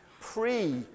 pre